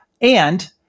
And-